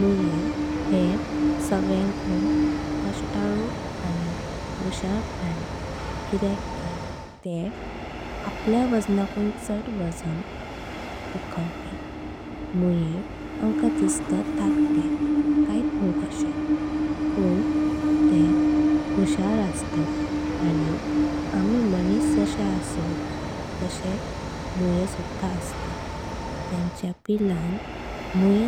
मुए हे सगळ्यांकून कश्तालु प्राणी किदेक की ते। आपल्य वजनाकून चड वजन उखळपी। मुए अमका दिस्तात धक्ते कायत न्हू कशे बुत। ते हुशार अस्तात आनी आम्ही मानिस जशे आसो। तशेत तेअस्तात तेंच्य बिलान मुए